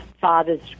fathers